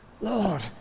Lord